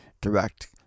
direct